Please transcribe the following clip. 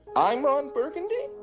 i'm ron burgundy?